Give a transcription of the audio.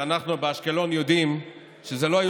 אבל אנחנו באשקלון יודעים שאלה לא היו